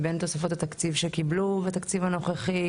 מבין תוספות התקציב שקיבלו בתקציב הנוכחי,